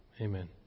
Amen